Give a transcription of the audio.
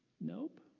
Nope